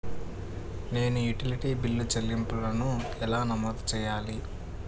నేను utility bill చెల్లింపులను ఎలా నమోదు చేయాలి?